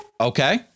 Okay